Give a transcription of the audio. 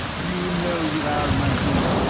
you know you are, my dear,